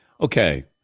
Okay